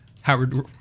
Howard